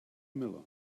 miller